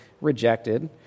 rejected